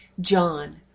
John